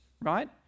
right